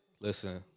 Listen